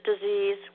disease